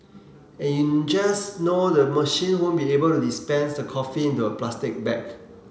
and you just know the machine won't be able to dispense the coffee into a plastic bag